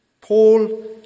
Paul